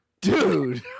Dude